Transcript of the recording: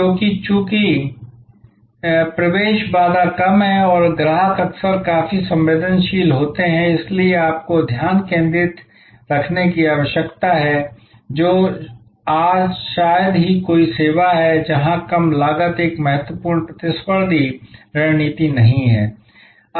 क्योंकि चूंकि प्रवेश बाधा कम है और ग्राहक अक्सर काफी संवेदनशील होते हैं इसलिए आपको ध्यान केंद्रित रखने की आवश्यकता है जो आज शायद ही कोई सेवा है जहां कम लागत एक महत्वपूर्ण प्रतिस्पर्धी रणनीति नहीं है